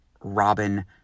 Robin